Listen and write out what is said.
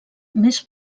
més